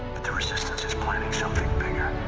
the resistance is planning something bigger.